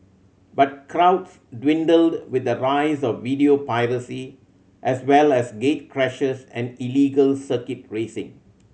but crowds dwindled with the rise of video piracy as well as gatecrashers and illegal circuit racing